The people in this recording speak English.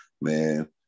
man